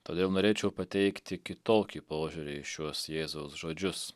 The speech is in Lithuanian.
todėl norėčiau pateikti kitokį požiūrį į šiuos jėzaus žodžius